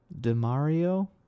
DeMario